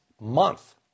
month